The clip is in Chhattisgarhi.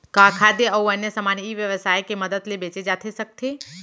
का खाद्य अऊ अन्य समान ई व्यवसाय के मदद ले बेचे जाथे सकथे?